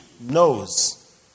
knows